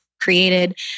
created